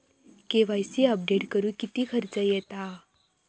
KYC update करुक किती खर्च येता?